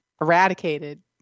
eradicated